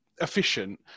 efficient